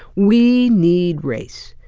we need race.